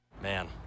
Man